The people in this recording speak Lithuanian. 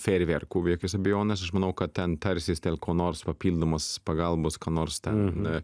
fejerverkų be jokios abejonės aš manau kad ten tarsis dėl ko nors papildomos pagalbos ko nors ten